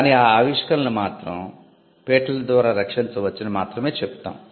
కానిఆవిష్కరణలను మాత్రం పేటెంట్ల ద్వారా రక్షించవచ్చని మాత్రమే చెప్తాం